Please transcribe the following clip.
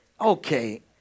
Okay